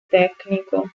tecnico